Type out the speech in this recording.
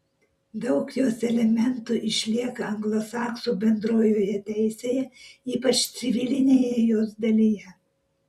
daug jos elementų išlieka anglosaksų bendrojoje teisėje ypač civilinėje jos dalyje